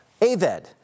aved